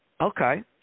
Okay